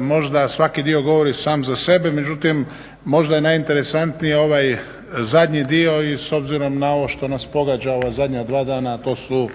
možda svaki dio govori sam za sebe, međutim možda je najinteresantniji ovaj zadnji dio i s obzirom na ovo što nas pogađa ova zadnja 2 dana, a to su